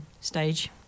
stage